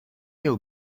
you